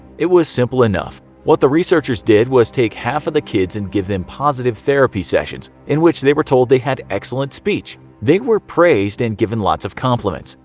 it was simple enough. what the researchers did was take half of the kids and give them positive therapy sessions in which they were told they had excellent speech. they were praised and given lots of compliments.